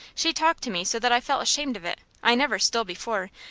she talked to me so that i felt ashamed of it. i never stole before,